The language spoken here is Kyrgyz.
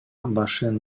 башын